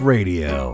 Radio